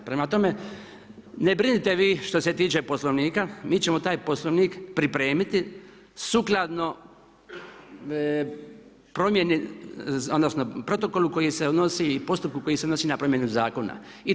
Prema tome, ne brinite vi što se tiče Poslovnika, mi ćemo taj Poslovnik pripremiti sukladno promjeni odnosno protokolu i postupku koji se odnosi na promjenu zakona.